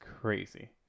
crazy